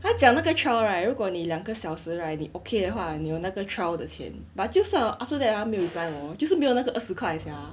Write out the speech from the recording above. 他讲那个 trial right 如果你两个小时 right 你 okay 的话你有那个 trial 的钱 but 就算 after that 他没有 reply 我 hor 就是没有那个二十块 sia